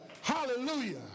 hallelujah